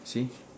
see